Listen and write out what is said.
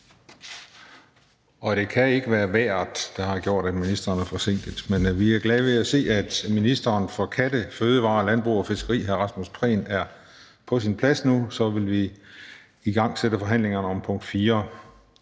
Det kan ikke være vejret, der har gjort, at ministeren er forsinket, men vi er glade for nu at se ministeren for fødevarer, landbrug og fiskeri – og for katte. Så vil vi igangsætte forhandlingen om punkt 4,